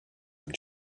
than